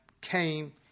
came